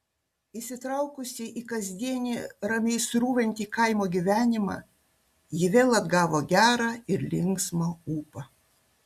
įsitraukusi į kasdienį ramiai srūvantį kaimo gyvenimą ji vėl atgavo gerą ir linksmą ūpą